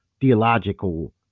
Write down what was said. theological